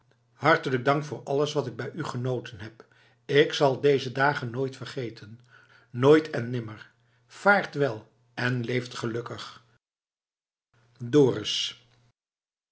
hartelijk dank voor alles wat ik bij u genoten heb ik zal deze dagen nooit vergeten nooit en nimmer vaartwel en leeft gelukkig dorus